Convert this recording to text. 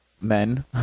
men